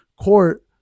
court